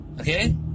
Okay